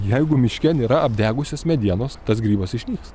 jeigu miške nėra apdegusios medienos tas grybas išnyks